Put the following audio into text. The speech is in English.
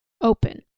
open